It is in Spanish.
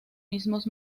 mismos